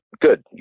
good